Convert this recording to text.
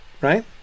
right